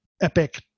epic